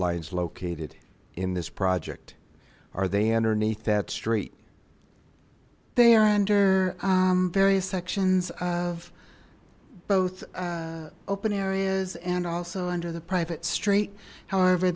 lines located in this project are they underneath that street they are under various sections of both open areas and also under the private street however